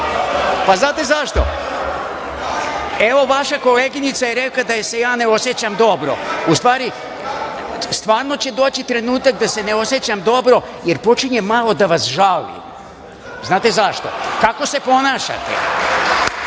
znate zašto? Evo, vaša koleginica je rekla da se ja ne osećam dobro. U stvari, stvarno će doći trenutak da se ne osećam dobro, jer počinjem malo da vas žalim. Znate zašto? Tako se ponašate.